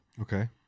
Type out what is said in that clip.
okay